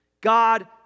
God